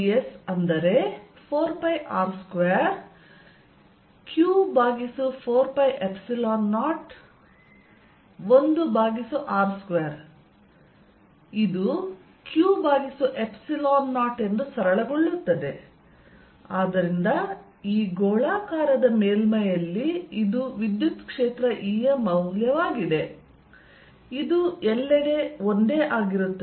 ds4πr2q4π01r2q0 ಆದ್ದರಿಂದ ಈ ಗೋಳಾಕಾರದ ಮೇಲ್ಮೈಯಲ್ಲಿ ಇದು E ಮೌಲ್ಯವಾಗಿದೆ ಇದು ಎಲ್ಲೆಡೆ ಒಂದೇ ಆಗಿರುತ್ತದೆ